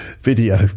video